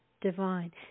divine